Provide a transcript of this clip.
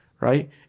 right